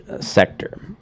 sector